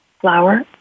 flour